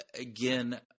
again